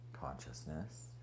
consciousness